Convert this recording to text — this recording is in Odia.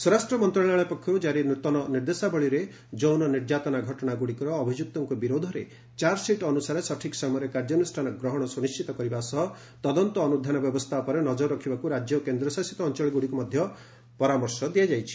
ସ୍ୱରାଷ୍ଟ୍ର ମନ୍ତ୍ରଣାଳୟ ପକ୍ଷରୁ କାରି ନୂତନ ନିର୍ଦ୍ଦେଶାବଳୀରେ ଯୌନ ନିର୍ଯ୍ୟାତନା ଘଟଣା ଗୁଡ଼ିକର ଅଭିଯୁକ୍ତଙ୍କ ବିରୋଧରେ ଚାର୍ଜସିଟ୍ ଅନୁସାରେ ସଠିକ୍ ସମୟରେ କାର୍ଯ୍ୟାନୁଷ୍ଠାନ ଗ୍ରହଣ ସୁନିଶ୍ଚିତ କରିବା ପାଇଁ ତଦନ୍ତ ଅନୁଧ୍ୟାନ ବ୍ୟବସ୍ଥା ଉପରେ ନଜର ରଖିବାକୁ ରାଜ୍ୟ ଓ କେନ୍ଦ୍ରଶାସିତ ଅଞ୍ଚଳଗୁଡ଼ିକୁ ପରାମର୍ଶ ଦେଇଛି